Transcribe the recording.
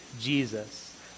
Jesus